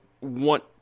want